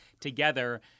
together